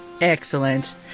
excellent